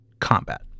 combat